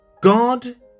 God